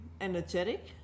energetic